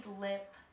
lip